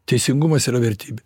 teisingumas yra vertybė